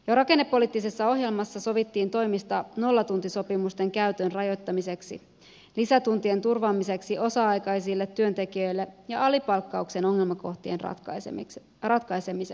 jo rakennepoliittisessa ohjelmassa sovittiin toimista nollatuntisopimusten käytön rajoittamiseksi lisätuntien turvaamiseksi osa aikaisille työntekijöille ja alipalkkauksen ongelmakohtien ratkaisemiseksi